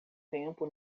tempo